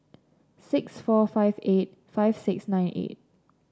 six four five eight five six nine eight